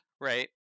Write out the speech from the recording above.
right